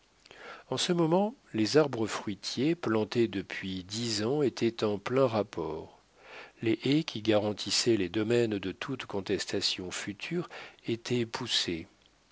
en ce moment les arbres fruitiers plantés depuis dix ans étaient en plein rapport les haies qui garantissaient les domaines de toute contestation future étaient poussées